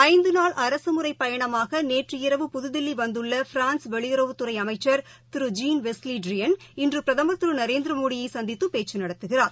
ஐந்துநாள் அரசுமுறைபயணமாகநேற்று இரவு புதுதில்லிவந்துள்ளபிரான்ஸ் வெளியுறவுத் துறைஅமைச்சர் திரு ஜீன் வெஸ் லிட்ரியன் இன்றபிரதமர் திருநரேந்திரமோடியைசந்தித்தபேச்சுநடத்துகிறார்